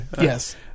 yes